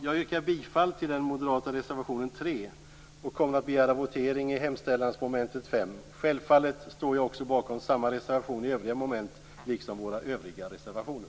Jag yrkar bifall till den moderata reservationen, nr 3, och kommer att begära votering i hemställansmomentet 5. Självfallet står jag också bakom samma reservation i övriga moment liksom våra övriga reservationer.